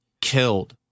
Killed